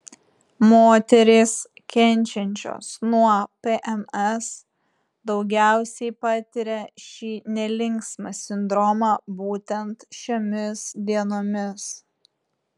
moterys kenčiančios nuo pms daugiausiai patiria šį nelinksmą sindromą būtent šiomis dienomis